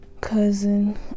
cousin